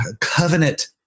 covenant